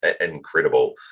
incredible